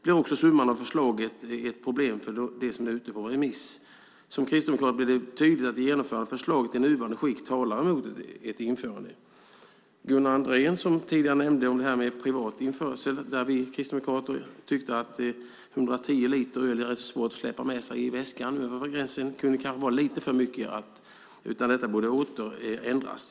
Det blir ett problem med det som är ute på remiss. Som kristdemokrat är det tydligt att ett genomförande av förslaget i nuvarande skick talar emot ett införande. Gunnar Andrén nämnde tidigare privat införsel. Vi kristdemokrater tycker att 110 liter är rätt svårt att släpa med sig i väskan över gränsen. Det är vara lite för mycket, så detta borde ändras.